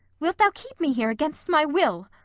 wilt thou keep me here against my will?